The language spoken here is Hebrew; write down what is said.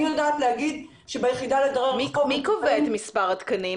ואני יודעת לגיד --- מי קובע את מספר התקנים?